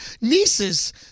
nieces